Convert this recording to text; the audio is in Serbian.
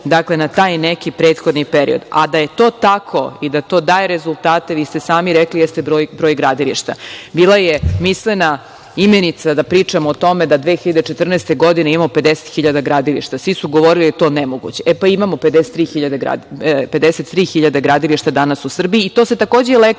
odnosu na taj neki prethodni period. Da je to tako i da to daje rezultate, vi ste sami rekli, jeste broj gradilišta. Bila je mislena imenica da pričamo o tome, da 2014. godine imamo 50 hiljada gradilišta, svi su govorili da je to nemoguće. Imamo 53 hiljade gradilišta danas u Srbiji, i to se takođe elektronski